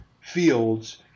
Fields